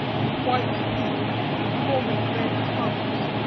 with white teeth and lolling red tongues,